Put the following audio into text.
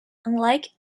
unlike